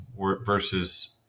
versus –